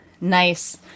nice